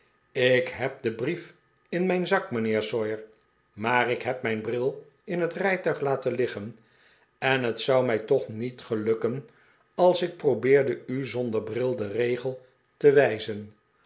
ik heb den brief in mijn zak mijnheer sawyer maar ik heb mijn bril in het rijtuig laten iiggen en het zou mij toch niet gelukken als ik probeerde u zonder bril den regel te wijzen